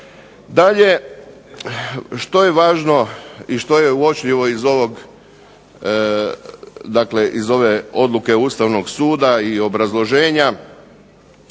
Dalje, što je važno i što je uočljivo iz ove odluke Ustavnog suda i obrazloženja,